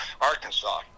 Arkansas